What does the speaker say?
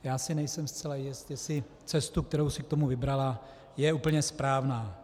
Já si nejsem zcela jist, zda cesta, kterou si k tomu vybrala, je úplně správná.